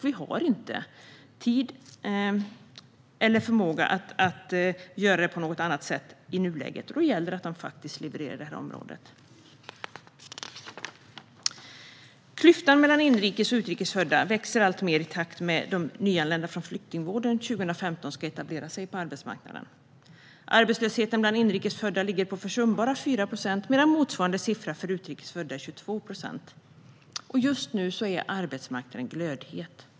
Vi har inte tid eller förmåga att göra det på något annat sätt i nuläget, och då gäller det att man faktiskt levererar på det här området. Klyftan mellan inrikes och utrikes födda växer alltmer i takt med att de nyanlända från flyktingvågen 2015 ska etablera sig på arbetsmarknaden. Arbetslösheten bland inrikes födda ligger på försumbara 4 procent, medan motsvarande siffra för utrikes födda är 22 procent. Just nu är arbetsmarknaden glödhet.